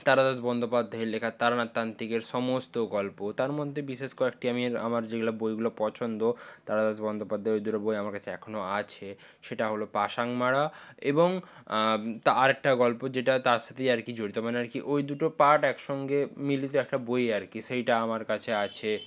তারাদাস বন্দ্যোপাধ্যায়ের লেখা তারানাথ তান্ত্রিকের সমস্ত গল্প তার মধ্যে বিশেষ কয়েকটি আমি আমার যেগুলো বইগুলো পছন্দ তারাদাস বন্দ্যোপাধ্যায়ের ওই দুটো বই আমার কাছে এখনও আছে সেটা হলো পাসাংমারা এবং তা আরেকটা গল্প যেটা তার সাথেই আর কি জড়িত মানে আর কি ওই দুটো পার্ট একসঙ্গে মিলিত একটা বই আর কি সেইটা আমার কাছে আছে